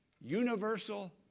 Universal